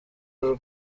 uru